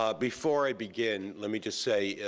um before i begin, let me just say,